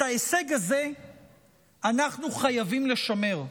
את ההישג הזה אנחנו חייבים לשמר,